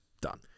Done